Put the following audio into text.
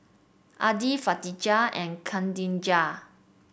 Adi Katijah and Khadija